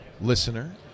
listener